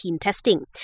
testing